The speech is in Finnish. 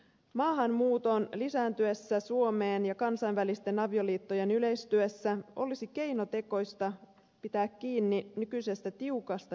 maahanmuuton lisääntyessä suomeen ja kansainvälisten avioliittojen yleistyessä olisi keinotekoista pitää kiinni nykyisestä tiukasta nimikäytänteestä